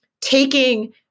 taking